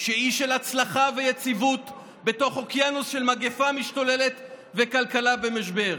שהיא אי של הצלחה ויציבות בתוך אוקיינוס של מגפה משתוללת וכלכלה במשבר.